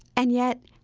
and yet,